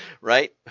Right